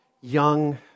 young